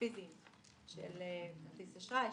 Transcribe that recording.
כרטיס אשראי,